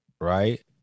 Right